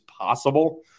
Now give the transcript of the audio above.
possible